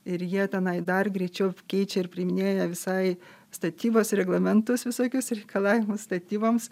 ir jie tenai dar greičiau keičia ir priiminėja visai statybos reglamentus visokius reikalavimus statyboms